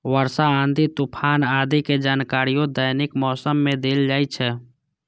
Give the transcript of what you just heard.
वर्षा, आंधी, तूफान आदि के जानकारियो दैनिक मौसम मे देल जाइ छै